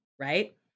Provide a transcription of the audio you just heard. right